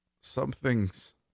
Something's